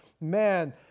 man